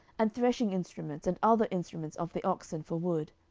and threshing instruments and other instruments of the oxen for wood.